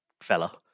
fella